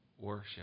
worship